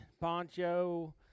Poncho